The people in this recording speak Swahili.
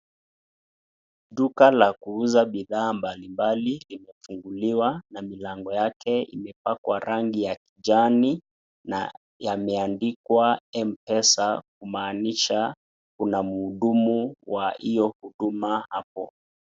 Duka la kuuza bidhaa mbalimbali imefunguliwa, na milango yake imepakwa rangi ya kijani na yameandikwa mpesa kumaanisha kuna mhudumu wa hio huduma hapo.